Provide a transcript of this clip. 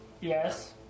Yes